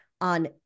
on